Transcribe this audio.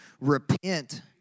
repent